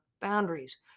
boundaries